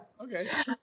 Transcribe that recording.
Okay